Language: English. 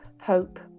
hope